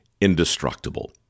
indestructible